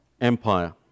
Empire